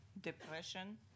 depression